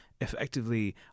effectively